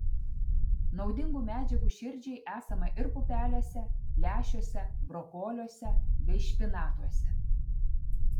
naudingų medžiagų širdžiai esama ir pupelėse lęšiuose brokoliuose bei špinatuose